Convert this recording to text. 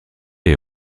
est